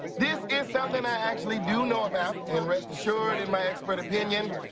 this is something i actually do know about, and rest assured, in my expert opinion,